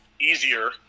easier